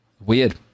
weird